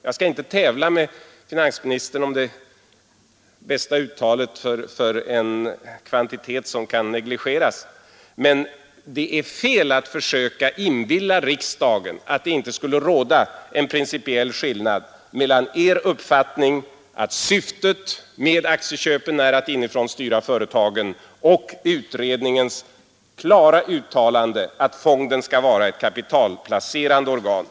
Jag skall inte tävla med finansministern om det bästa uttalet av det franska uttrycket för en kvantitet som kan negligeras, men det är fel att försöka inbilla riksdagen att det inte skulle råda en principiell skillnad mellan er uppfattning — att syftet med aktieköpen är att inifrån styra företagen — och utredningens klara uttalande att fonden skall vara ett kapitalplacerande organ.